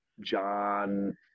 John